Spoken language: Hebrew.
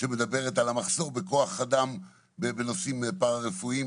שמדברת על המחסור בכוח אדם בנושאים פרא רפואיים,